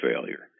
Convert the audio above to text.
failure